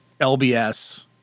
LBS